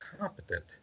competent